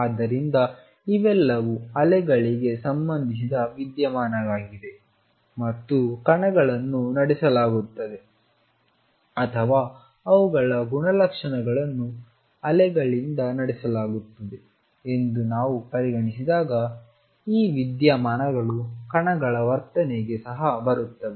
ಆದ್ದರಿಂದ ಇವೆಲ್ಲವೂ ಅಲೆಗಳಿಗೆ ಸಂಬಂಧಿಸಿದ ವಿದ್ಯಮಾನಗಳಾಗಿವೆ ಮತ್ತು ಕಣಗಳನ್ನು ನಡೆಸಲಾಗುತ್ತದೆ ಅಥವಾ ಅವುಗಳ ಗುಣಲಕ್ಷಣಗಳನ್ನು ಅಲೆಗಳಿಂದ ನಡೆಸಲಾಗುತ್ತದೆ ಎಂದು ನಾವು ಪರಿಗಣಿಸಿದಾಗ ಈ ವಿದ್ಯಮಾನಗಳು ಕಣಗಳ ವರ್ತನೆಗೆ ಸಹ ಬರುತ್ತವೆ